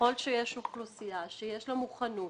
וככל שיש אוכלוסייה שיש לה מוכנות